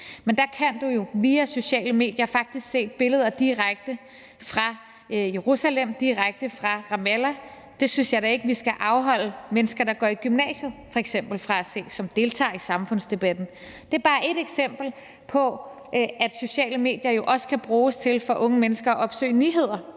Men der kan du jo via sociale medier faktisk se billeder direkte fra Jerusalem, direkte fra Ramallah. Det synes jeg da ikke at vi skal afholde mennesker, der f.eks. går i gymnasiet, fra at se – mennesker, som deltager i samfundsdebatten. Det er bare et eksempel på, at sociale medier jo også kan bruges til af unge mennesker at opsøge nyheder,